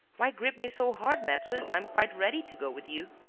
why grip me so hard, maitre? i am quite ready to go with you.